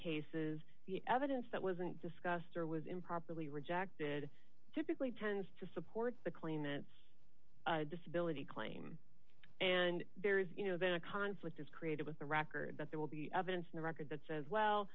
cases the evidence that wasn't discussed or was improperly rejected typically tends to support the claim that it's a disability claim and there is you know then a conflict is created with the record that there will be evidence in the record that says well